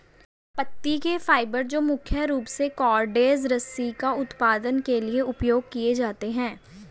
पत्ती के फाइबर जो मुख्य रूप से कॉर्डेज रस्सी का उत्पादन के लिए उपयोग किए जाते हैं